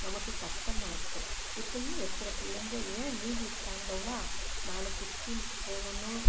நமக்கு கஷ்டமா இருக்கும் இப்போல்லாம் இருக்கிற பிள்ளைங்கள் ஏன் லீவ் விட்டாங்கவ்வா நாளைக்கு ஸ்கூலுக்கு போகணும்